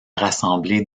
rassembler